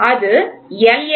அது L